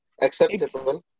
Acceptable